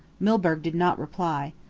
milburgh did not reply.